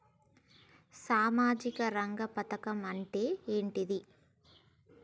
సామాజిక రంగ పథకం అంటే ఏంటిది?